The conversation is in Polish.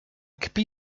kpi